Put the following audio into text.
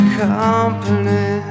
company